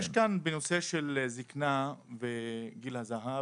יש כאן בנושא של זקנה וגיל הזהב,